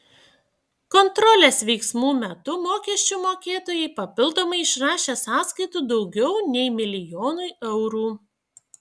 kontrolės veiksmų metu mokesčių mokėtojai papildomai išrašė sąskaitų daugiau nei milijonui eurų